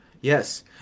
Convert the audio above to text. Yes